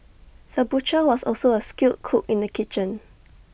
the butcher was also A skilled cook in the kitchen